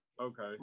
Okay